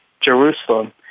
Jerusalem